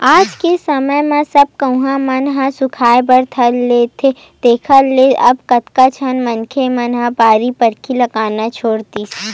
आज के समे म सब कुँआ मन ह सुखाय बर धर लेथे जेखर ले अब कतको झन मनखे मन ह बाड़ी बखरी लगाना छोड़ दिस